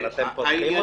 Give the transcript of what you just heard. אבל אתם פותחים אותן?